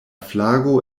flago